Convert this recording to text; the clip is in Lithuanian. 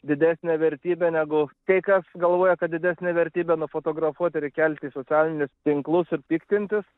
didesnė vertybė negu kai kas galvoja kad didesnė vertybė nufotografuot ir įkelt į socialinius tinklus ir piktintis